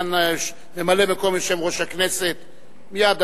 ממלא-מקום יושב-ראש הכנסת מייד,